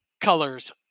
colors